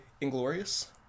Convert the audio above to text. Inglorious